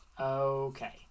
Okay